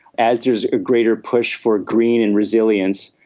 as there is a greater push for green and resilience,